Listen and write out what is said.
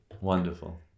wonderful